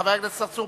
חבר הכנסת צרצור,